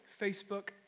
Facebook